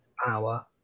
Power